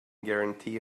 guarantee